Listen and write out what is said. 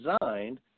designed